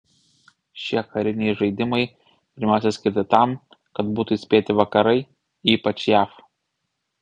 šie kariniai žaidimai pirmiausia skirti tam kad būtų įspėti vakarai ypač jav